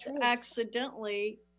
accidentally